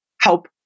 help